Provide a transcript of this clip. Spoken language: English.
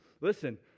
Listen